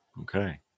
okay